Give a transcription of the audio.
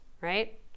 Right